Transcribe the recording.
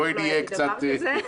בואי נהיה קצת ------ דבר כזה.